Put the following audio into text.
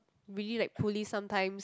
really like police sometimes